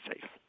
safe